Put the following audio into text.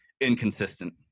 inconsistent